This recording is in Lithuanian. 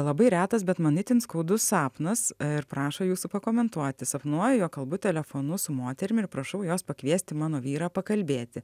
labai retas bet man itin skaudus sapnas ir prašo jūsų pakomentuoti sapnuoju jog kalbu telefonu su moterim ir prašau jos pakviesti mano vyrą pakalbėti